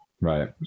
Right